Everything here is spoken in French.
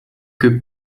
que